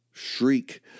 shriek